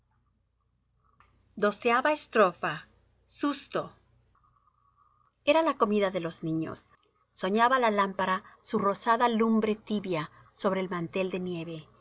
tibio xii susto era la comida de los niños soñaba la lámpara su rosada lumbre tibia sobré el mantel de nieve